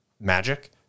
magic